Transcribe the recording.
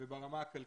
וברמה הכלכלית.